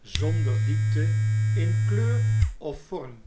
zonder diepte in kleur of vorm